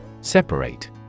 Separate